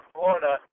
Florida